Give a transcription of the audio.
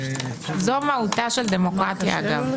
זו מהותה של דמוקרטיה אגב.